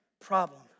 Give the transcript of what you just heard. problem